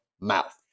mouth